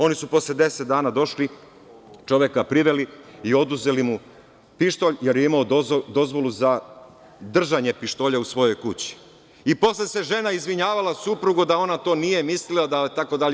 Oni su posle deset dana došli, čoveka priveli i oduzeli mu pištolj, jer je imao dozvolu za držanje pištolja u svojoj kući i posle se žena izvinjavala suprugu da ona to nije mislila itd.